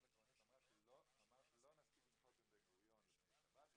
ואז הקברניט אמר שלא נספיק לנחות בבן גוריון לפני שבת,